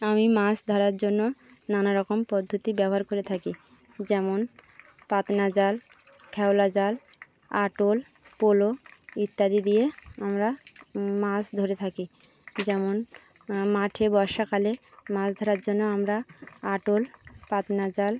আমি মাছ ধরার জন্য নানা রকম পদ্ধতি ব্যবহার করে থাকি যেমন পাতনা জাল খ্যাওলা জাল আটল পোলো ইত্যাদি দিয়ে আমরা মাছ ধরে থাকি যেমন মাঠে বর্ষাকালে মাছ ধরার জন্য আমরা আটল পাতনা জাল